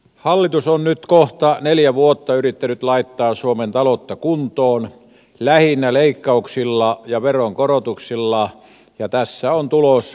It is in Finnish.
hallitus on nyt kohta neljä vuotta yrittänyt laittaa suomen taloutta kuntoon lähinnä leikkauksilla ja veronkorotuksilla ja tässä on tulos